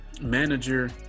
manager